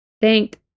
Thank